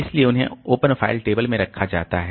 इसलिए उन्हें open file table में रखा जाता है